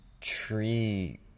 tree